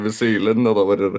visi įlindę dabar ir